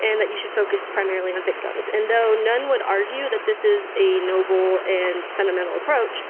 and that you should focus primarily on victims. and though none would argue that this is a noble and sentimental approach,